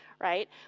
right